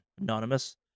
Anonymous